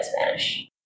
Spanish